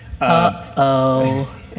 Uh-oh